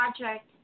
project